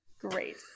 Great